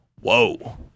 whoa